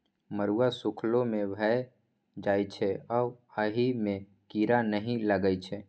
मरुआ सुखलो मे भए जाइ छै आ अहि मे कीरा नहि लगै छै